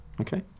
Okay